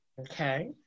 Okay